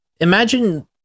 Imagine